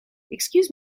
excuse